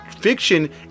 Fiction